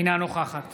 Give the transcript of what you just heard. אינה נוכחת